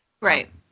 Right